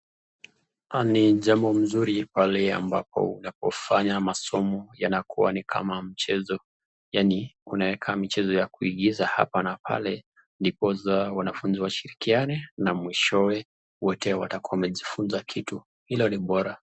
Ni jambo mzuri pale ambapo unapofanya masomo yanakuwa ni kama mchezo, yaani unaweka mchezo ya kuigiza hapa na pale, ndiposa wanafunzi washirikiane na mwishowe wote watakuwa wamejifunza kitu , hilo ni bora.